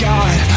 God